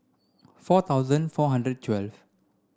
four thousand four hundred twelve